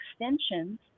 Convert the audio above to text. extensions